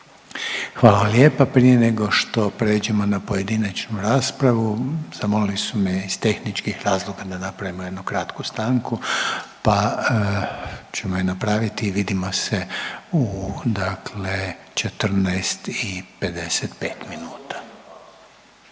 Hvala lijepa. Prije nego što pređemo na pojedinačnu raspravu zamolili su me iz tehničkih razloga da napravimo jednu kratku stanku, pa ćemo je napraviti i vidimo se u, dakle 14 i 55 minuta.